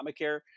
Obamacare